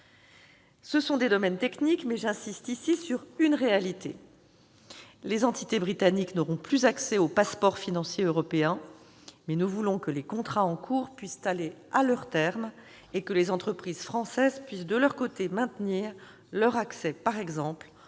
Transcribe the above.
Ce sont des domaines techniques, mais j'insiste ici sur une réalité : les entités britanniques n'auront plus accès au passeport financier européen, mais nous voulons que les contrats en cours puissent aller à leur terme et que les entreprises françaises puissent, de leur côté, maintenir leur accès par exemple